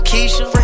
Keisha